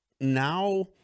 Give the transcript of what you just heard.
now